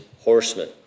horsemen